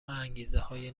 انگیزههای